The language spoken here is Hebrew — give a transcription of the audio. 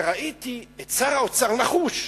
שראיתי את שר האוצר נחוש.